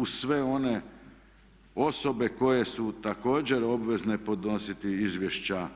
Uz sve one osobne koje su također obvezne podnositi izvješća,